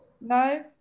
No